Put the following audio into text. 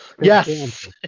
Yes